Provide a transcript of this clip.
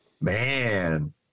Man